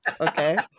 Okay